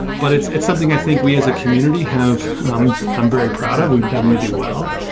but it's it's something i think we as a community have i'm very proud of. we've done really well,